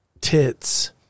tits